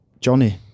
Johnny